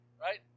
Right